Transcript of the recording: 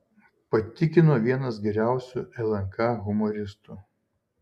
patikino vienas geriausių lnk humoristų